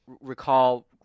recall